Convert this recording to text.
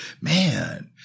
man